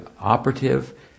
operative